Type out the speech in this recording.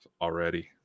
already